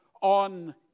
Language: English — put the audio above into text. on